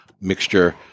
mixture